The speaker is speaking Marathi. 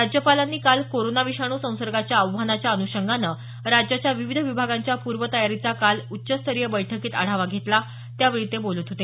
राज्यपालांनी काल करोना विषाणू संसर्गाच्या आव्हानाच्या अनुषंगानं राज्याच्या विविध विभागांच्या पूर्व तयारीचा काल एका उच्च स्तरीय बैठकीत आढावा घेतला त्यावेळी ते बोलत होते